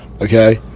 Okay